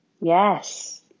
Yes